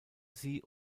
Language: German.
sie